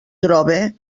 trobe